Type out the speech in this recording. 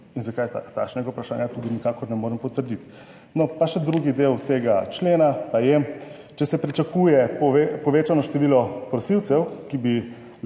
in zakaj takšnega vprašanja tudi nikakor ne morem potrditi. No, pa še drugi del tega člena pa je, če se pričakuje povečano število prosilcev, ki bi,